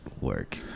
work